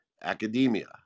academia